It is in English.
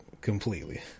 completely